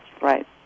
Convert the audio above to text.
Right